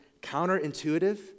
counterintuitive